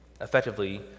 Effectively